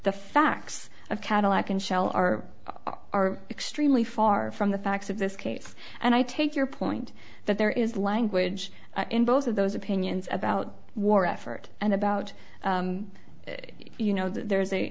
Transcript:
the facts of cadillac and shell are are extremely far from the facts of this case and i take your point that there is language in both of those opinions about war effort and about you know there's a